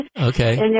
okay